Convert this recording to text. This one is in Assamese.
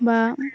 বা